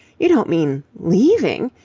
you don't mean leaving?